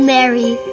Mary